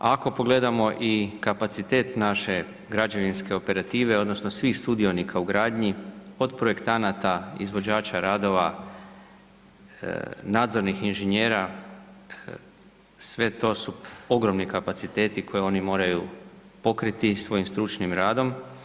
Ako pogledamo i kapacitet naše građevinske operative odnosno svih sudionika u gradnji od projektanata, izvođača radova, nadzornih inženjera, sve to su ogromni kapaciteti koje oni moraju pokriti svojim stručnim radom.